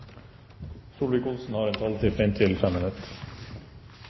ordet, har en taletid på inntil 3 minutter.